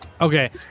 Okay